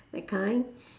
that kind